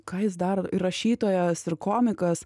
ką jis dar ir rašytojas ir komikas